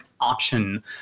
option